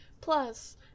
Plus